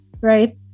right